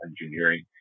engineering